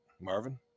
Marvin